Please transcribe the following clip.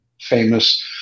famous